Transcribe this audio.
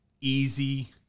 Easy